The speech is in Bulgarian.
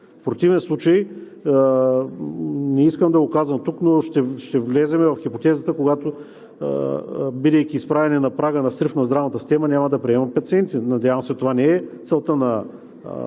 В противен случай – не искам да го казвам тук, но ще влезем в хипотезата, когато, бидейки изправени на прага на срив на здравната система, няма да приема пациенти. Надявам се, това не е целта на